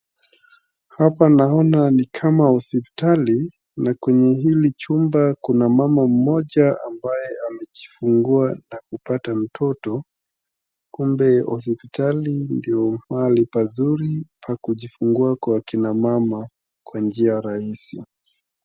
Hapa naona ni kama hospitali, na kwenye hili chumba kuna mama mmoja ambaye amejifungua na kupata mtoto. Kumbe hospitali ndio mahali pazuri pa kujifungua kwa kina mama kwa njia rahisi.